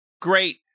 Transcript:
Great